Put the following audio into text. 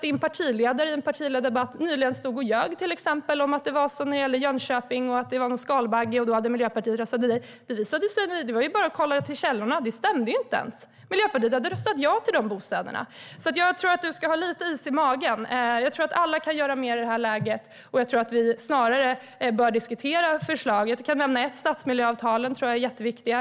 Din partiledare stod nyligen och ljög i en partiledardebatt om att Miljöpartiet i Jönköping hade röstat nej på grund av en skalbagge. Det var bara att gå till källorna och se att det inte stämde. Miljöpartiet hade röstat ja till de bostäderna. Jag tror att du ska ha lite is i magen. Alla kan göra mer i det här läget, och jag tror att vi snarare bör diskutera förslag. Stadsmiljöavtalen tror jag är jätteviktiga.